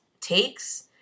takes